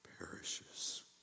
perishes